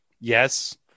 yes